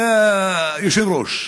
מה אתה מפחדים מהאוכל?) אוכל, יא יושב-ראש.